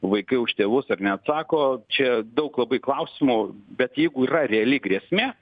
vaikai už tėvus ar neatsako čia daug labai klausimų bet jeigu yra reali grėsmė